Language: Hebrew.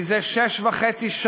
מזה שש שנים וחצי,